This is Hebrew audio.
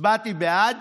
הצבעתי בעד,